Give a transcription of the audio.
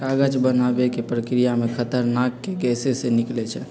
कागज बनाबे के प्रक्रिया में खतरनाक गैसें से निकलै छै